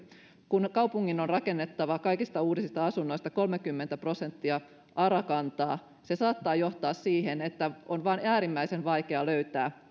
kun kaupungin on rakennettava kaikista uusista asunnoista kolmekymmentä prosenttia ara kantaa se saattaa johtaa siihen että on vain äärimmäisen vaikea löytää